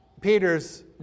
Peter's